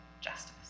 justice